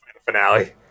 finale